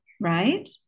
right